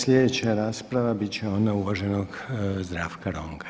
Slijedeća rasprava bit će ona uvaženog Zdravka Ronka.